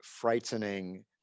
frightening